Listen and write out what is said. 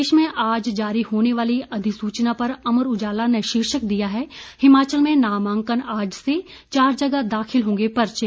प्रदेश में आज जारी होने वाली अधिसूचना पर अमर उजाला ने शीर्षक दिया है हिमाचल में नामांकन आज से चार जगह दाखिल होंगे पर्चे